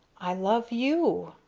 i love you,